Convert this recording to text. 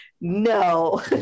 no